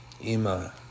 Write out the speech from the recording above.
Ima